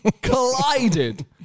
collided